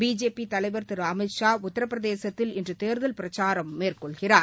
BJP தலைவர் திரு அமித் ஷா உத்தரப் பிரதேசத்தில் இன்று தேர்தல் பிரச்சாரம் மேற்கொள்கிறார்